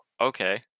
okay